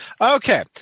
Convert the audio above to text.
Okay